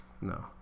No